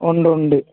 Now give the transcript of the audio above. ഉണ്ട് ഉണ്ട്